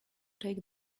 take